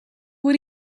what